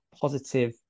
positive